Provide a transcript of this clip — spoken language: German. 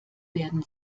werden